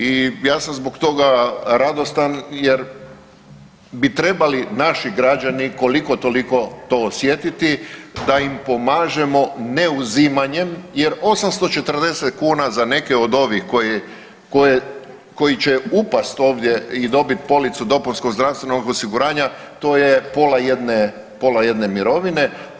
I ja sam zbog toga radostan jer bi trebali naši građani koliko-toliko to osjetiti da im pomažemo ne uzimanjem, jer 840 kuna za neke od ovih koji će upasti ovdje i dobiti policu dopunskog zdravstvenog osiguranja to je pola jedne mirovine.